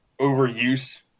overuse